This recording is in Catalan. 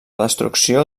destrucció